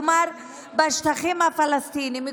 כלומר בשטחים הפלסטיניים,